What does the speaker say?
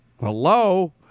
Hello